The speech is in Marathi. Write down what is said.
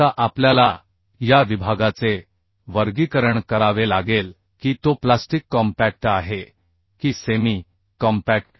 आता आपल्याला या विभागाचे वर्गीकरण करावे लागेल की तो प्लास्टिक कॉम्पॅक्ट आहे की सेमी कॉम्पॅक्ट